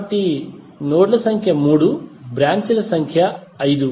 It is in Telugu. కాబట్టి నోడ్ ల సంఖ్య 3 బ్రాంచ్ ల సంఖ్య 5